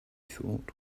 thought